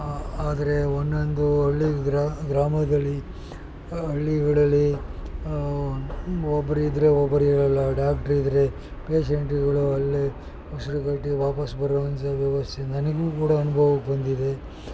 ಆ ಆದರೆ ಒಂದೊಂದು ಹಳ್ಳಿ ಗ್ರಾಮದಲ್ಲಿ ಹಳ್ಳಿಗಳಲ್ಲಿ ಒಬ್ಬರಿದ್ರೆ ಒಬ್ಬರಿರೋಲ್ಲ ಡಾಕ್ಟ್ರ್ ಇದ್ದರೆ ಪೇಶೆಂಟ್ಗಳು ಅಲ್ಲೆ ಉಸಿರುಗಟ್ಟಿ ವಾಪಸ್ಸು ಬರುವಂಥ ವ್ಯವಸ್ಥೆ ನನಗೂ ಕೂಡ ಅನುಭವಕ್ಕೆ ಬಂದಿದೆ